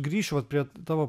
grįšiu vat prie tavo